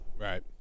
Right